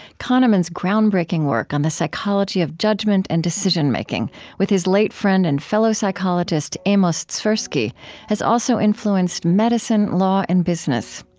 kahneman's groundbreaking work on the psychology of judgment and decision-making with his late friend and fellow psychologist amos tversky has also influenced medicine, law, and business.